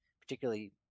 particularly